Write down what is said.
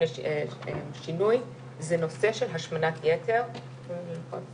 אני חושבת